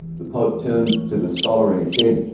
the pope turned to the scholar and he said,